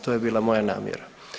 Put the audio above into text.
To je bila moja namjera.